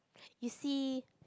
you see